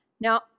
Now